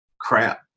crap